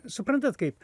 suprantat kaip